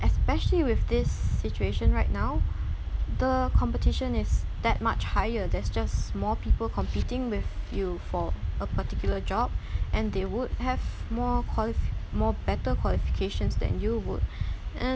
especially with this situation right now the competition is that much higher there's just more people competing with you for a particular job and they would have more qualif~ more better qualifications than you would and